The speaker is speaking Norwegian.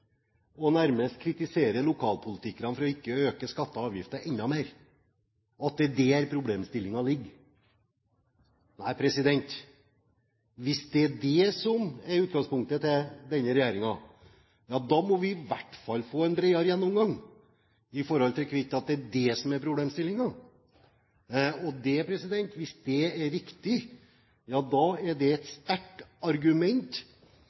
og nærmest kritiserer lokalpolitikerne for ikke å øke skattene og avgiftene enda mer, og at det er der problemet ligger. Hvis det er det som er utgangspunktet til denne regjeringen, må vi i hvert fall få en bredere gjennomgang, når vi vet at det er det som er problemstillingen. Hvis det er riktig, er det et sterkt argument